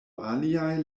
aliaj